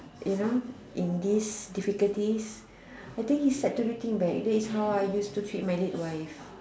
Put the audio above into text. you know in this difficulties I think he's set to rethink back that is how I use to treat my late wife